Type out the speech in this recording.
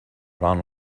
run